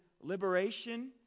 liberation